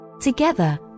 Together